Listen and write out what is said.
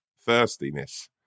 thirstiness